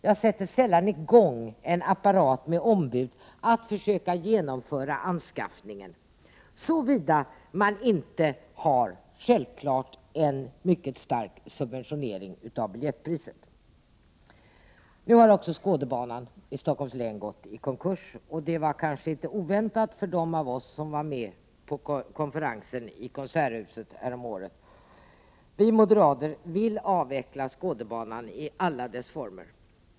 Man sätter sällan i gång en apparat med ombud, som skall försöka genomföra anskaffningen, såvida man inte har en mycket stark subventionering av biljettpriset. Nu har också Skådebanan i Stockholms län gått i konkurs. Det var kanske inte oväntat för dem av oss som var med på konferensen i Konserthuset häromåret. Vi moderater vill avveckla Skådebanan i alla dess former.